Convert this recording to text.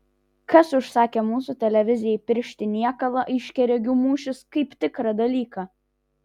kas užsakė mūsų televizijai piršti niekalą aiškiaregių mūšis kaip tikrą dalyką